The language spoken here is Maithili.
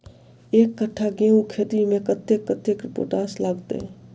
एक कट्ठा गेंहूँ खेती मे कतेक कतेक पोटाश लागतै?